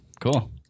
Cool